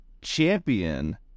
champion